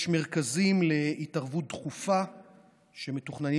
יש מרכזים להתערבות דחופה שמתוכננים